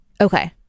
Okay